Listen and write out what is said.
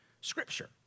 scripture